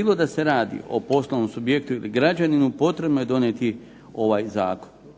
bilo da se radi o poslovnom subjektu ili građaninu potrebno je donijeti ovaj Zakon.